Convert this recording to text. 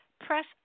Press